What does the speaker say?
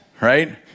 Right